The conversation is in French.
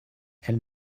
elle